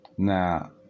Now